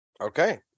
Okay